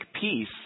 peace